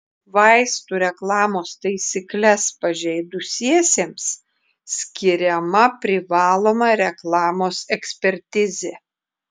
vaistų reklamos taisykles pažeidusiesiems skiriama privaloma reklamos ekspertizė